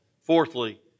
fourthly